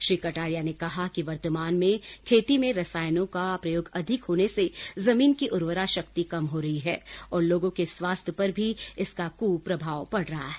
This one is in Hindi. श्री कटारिया ने कहा कि वर्तमान में खेती में रसायनों का प्रयोग अधिक होने से जमीन की उर्वरा शक्ति कम हो रही है और लोगों के स्वास्थ्य पर भी इसका कुप्रभाव पड़ रहा है